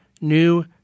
new